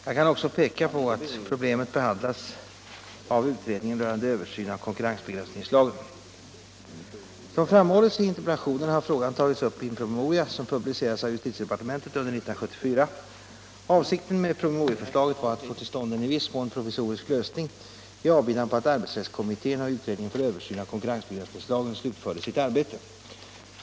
Jag kan också peka på att problemet behandlas av utredningen rörande översyn av konkurrensbegränsningslagen. Som framhållits i interpellationen har frågan tagits upp i en promemoria, som publicerades av justitiedepartementet under 1974. Avsikten med promemorieförslaget var att få till stånd en i viss mån provisorisk lösning i avbidan på att arbetsrättskommittén och utredningen för översyn av konkurrensbegränsningslagen slutförde sitt arbete.